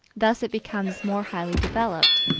thus it becomes more highly developed,